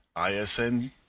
isn